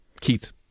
Keith